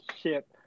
ship